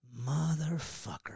motherfucker